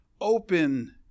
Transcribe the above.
open